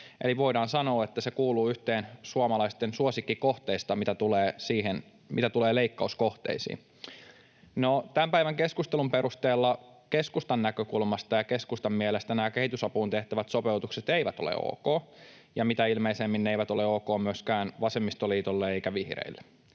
Eli voidaan sanoa, että se kuuluu yhteen suomalaisten suosikkikohteista, mitä tulee leikkauskohteisiin. No, tämän päivän keskustelun perusteella keskustan näkökulmasta ja keskustan mielestä nämä kehitysapuun tehtävät sopeutukset eivät ole ok, ja mitä ilmeisemmin ne eivät ole ok myöskään vasemmistoliitolle eivätkä vihreille.